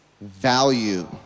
value